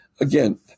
again